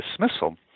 dismissal